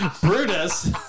Brutus